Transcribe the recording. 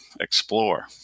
explore